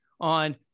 on